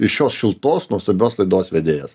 iš šios šiltos nuostabios laidos vedėjas